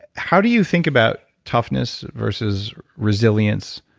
how do you think about toughness versus resilience,